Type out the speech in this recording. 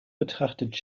betrachtet